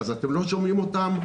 אז אתם לא שומעים אותם.